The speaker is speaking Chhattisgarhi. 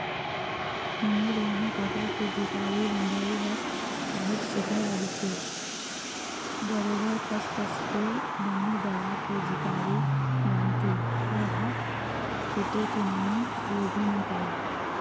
हमर इहाँ कका के झिपारी बंधई ह काहेच सुग्घर रहिथे बरोबर कस कस ले बने दबा के झिपारी बांधथे ओहा छूटे के नांव लेबे नइ करय